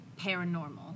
paranormal